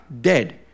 dead